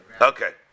Okay